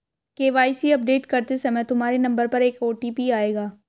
KYC update करते समय तुम्हारे नंबर पर एक ओ.टी.पी आएगा